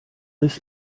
riss